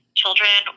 children